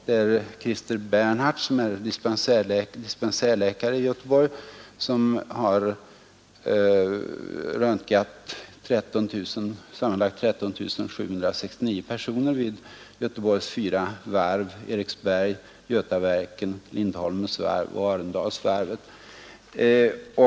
Det är Christer Bernhardt, dispensärläkare i Göteborg, som har röntgat sammanlagt 13 769 personer vid stadens fyra varv: Eriksberg, Götaverken, Lindholmens varv och Arendalsvarvet.